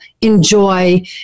enjoy